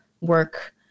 work